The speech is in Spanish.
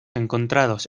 encontrados